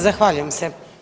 Zahvaljujem se.